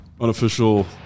unofficial